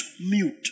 mute